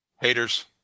Haters